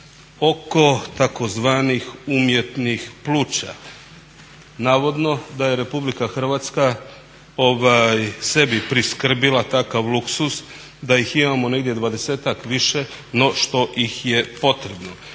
oko tzv. umjetnih ploča. Navodno da je RH sebi priskrbila takav luksuz da ih imamo negdje 20-ak više no što ih je potrebno.